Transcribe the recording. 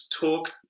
talk